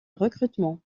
recrutement